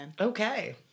okay